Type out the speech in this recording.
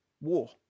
War